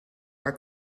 are